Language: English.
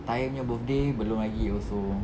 tahir nya birthday belum lagi apa so